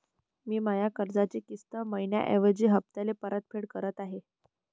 मी माया कर्जाची किस्त मइन्याऐवजी हप्त्याले परतफेड करत आहे